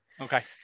Okay